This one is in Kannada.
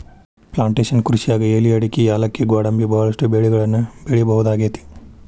ಪ್ಲಾಂಟೇಷನ್ ಕೃಷಿಯಾಗ್ ಎಲಿ ಅಡಕಿ ಯಾಲಕ್ಕಿ ಗ್ವಾಡಂಬಿ ಬಹಳಷ್ಟು ಬೆಳಿಗಳನ್ನ ಬೆಳಿಬಹುದಾಗೇತಿ